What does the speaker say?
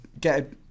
get